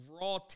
raw